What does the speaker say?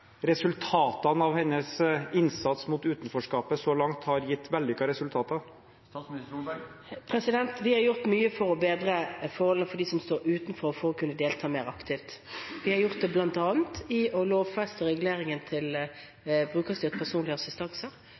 resultatene av hennes innsats mot utenforskapet så langt har gitt vellykkede resultater? Vi har gjort mye for å bedre forholdene for dem som står utenfor, slik at de kan delta mer aktivt. Vi har bl.a. lovfestet reguleringen av brukerstyrt personlig assistanse,